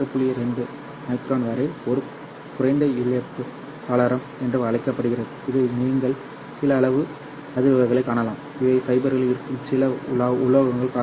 2 micron வரை ஒரு குறைந்த இழப்பு சாளரம் என்று அழைக்கப்படுகிறது இது நீங்கள் சில அளவு அதிர்வுகளைக் காணலாம் இவை ஃபைபரில் இருக்கும் சில உலோகங்கள் காரணமாகும்